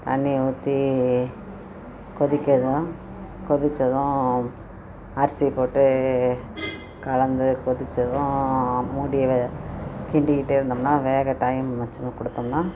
தண்ணி ஊற்றி கொதிக்கணும் கொதித்ததும் அரிசியை போட்டு கலந்து கொதித்ததும் மூடி கிண்டிகிட்டே இருந்தோம்னா வேக டைம் வச்சு கொடுத்தோம்னா